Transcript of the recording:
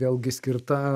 vėlgi skirta